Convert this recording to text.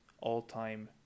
all-time